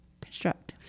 construct